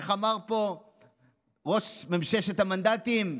איך אמר פה ראש ממששת המנדטים: